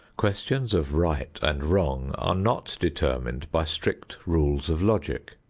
questions of right and wrong are not determined by strict rules of logic.